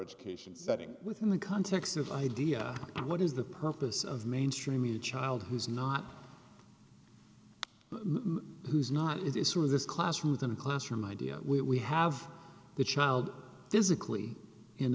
education setting within the context of idea what is the purpose of mainstream media child who's not who's not is this or is this classrooms in a classroom idea we have the child physically in